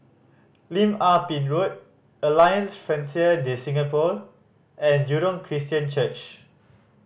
Lim Ah Pin Road Alliance Francaise De Singapour and Jurong Christian Church